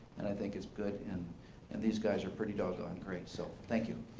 and i think it's good. and and these guys are pretty darn great so thank you.